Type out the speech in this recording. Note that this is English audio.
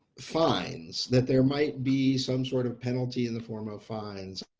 finds that there might be some sort of penalty in the form of fines